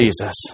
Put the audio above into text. Jesus